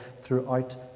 throughout